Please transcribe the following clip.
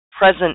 Present